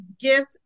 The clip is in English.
gift